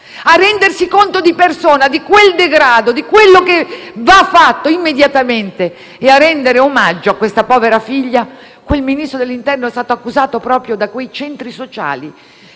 a rendersi conto di persona di quel degrado, di quello che deve essere fatto immediatamente e a rendere omaggio a questa povera figlia, quel Ministro dell'interno è stato accusato proprio da quei centri sociali,